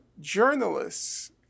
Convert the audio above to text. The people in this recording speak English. journalists